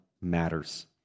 matters